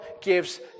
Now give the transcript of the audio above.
gives